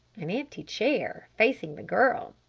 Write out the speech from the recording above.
an empty chair facing the girl.